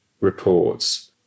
reports